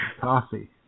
coffee